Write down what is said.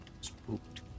spooked